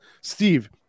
steve